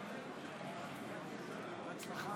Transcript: גברתי, עשר דקות.